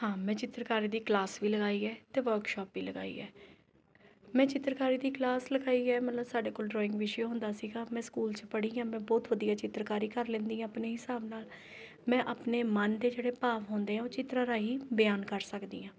ਹਾਂ ਮੈਂ ਚਿੱਤਰਕਾਰੀ ਦੀ ਕਲਾਸ ਵੀ ਲਗਾਈ ਹੈ ਅਤੇ ਵਰਕਸ਼ੋਪ ਵੀ ਲਗਾਈ ਹੈ ਮੈਂ ਚਿੱਤਰਕਾਰੀ ਦੀ ਕਲਾਸ ਲਗਾਈ ਹੈ ਮਤਲਬ ਸਾਡੇ ਕੋਲ ਡਰਾਇੰਗ ਵਿਸ਼ਾ ਹੁੰਦਾ ਸੀਗਾ ਮੈਂ ਸਕੂਲ 'ਚ ਪੜ੍ਹੀ ਹਾਂ ਮੈਂ ਬਹੁਤ ਵਧੀਆ ਚਿੱਤਰਕਾਰੀ ਕਰ ਲੈਂਦੀ ਹਾਂ ਆਪਣੇ ਹਿਸਾਬ ਨਾਲ ਮੈਂ ਆਪਣੇ ਮਨ ਦੇ ਜਿਹੜੇ ਭਾਵ ਹੁੰਦੇ ਆ ਉਹ ਚਿੱਤਰਾਂ ਰਾਹੀਂ ਬਿਆਨ ਕਰ ਸਕਦੀ ਹਾਂ